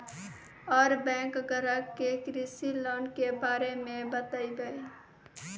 और बैंक ग्राहक के कृषि लोन के बारे मे बातेबे?